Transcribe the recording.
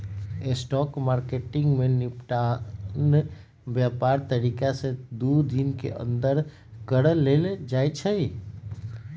spot market में निपटान व्यापार तारीख से दू दिन के अंदर कऽ लेल जाइ छइ